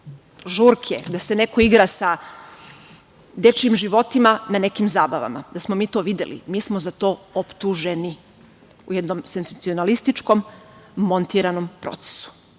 gde se neko igra sa dečjim životima na nekim zabavama, da smo mi to videli, mi smo za to optuženi u jednom senzacionalističkom montiranom procesu.